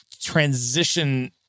transition